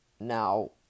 Now